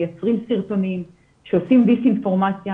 מייצרים סרטונים ועושים דיסאינפורמציה,